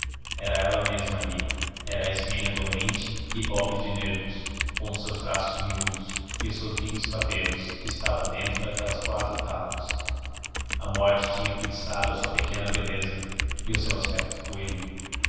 era ela mesma ali era a ismênida dolente e pobre de nervos com os seus traços miúdos e os seus lindos cabelos que estava dentro daquelas quatro tábuas a morte tinha fixado a sua pequena beleza e o seu aspecto